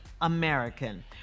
American